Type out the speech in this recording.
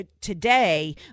today